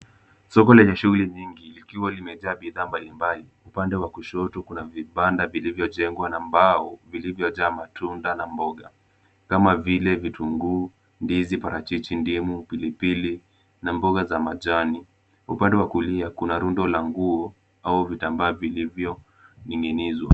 Soko lenye shughuli nyingi likiwa limejaa bidhaa mbalimbali, upande wa kushoto kuna vibanda vilivyojengwa na mbao vilivyojaa matunda na mboga, kama vile; vitunguu, ndizi, parachichi, ndimu, pilipili na mboga za majani, upande wa kulia kuna rundo la nguo au vitambaa vilivyoning'inizwa.